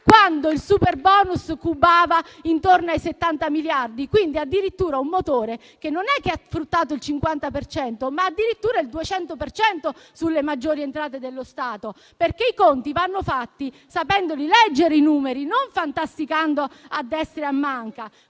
quando il superbonus cubava intorno ai 70 miliardi. Parliamo addirittura di un motore che non ha fruttato il 50 per cento, ma addirittura il 200 per cento sulle maggiori entrate dello Stato. I conti vanno fatti sapendo leggere i numeri e non fantasticando a destra e a manca.